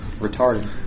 retarded